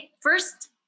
first